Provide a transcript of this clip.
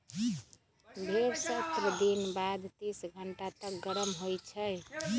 भेड़ सत्रह दिन बाद तीस घंटा तक गरम होइ छइ